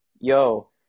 yo